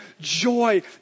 joy